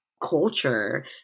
culture